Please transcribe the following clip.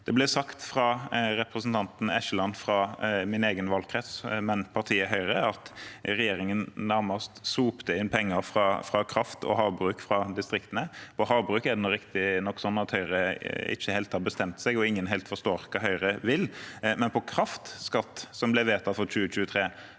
Det ble sagt fra representanten Eskeland – fra min egen valgkrets, men fra partiet Høyre – at regjeringen nærmest sopte inn penger fra kraft og havbruk fra distriktene. På havbruk er det riktignok slik at Høyre ikke helt har bestemt seg og ingen helt forstår hva Høyre vil, men på kraftskatt, som ble vedtatt for 2023,